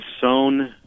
sown